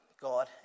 God